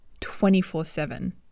24-7